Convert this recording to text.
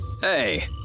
Hey